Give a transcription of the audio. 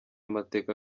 amateka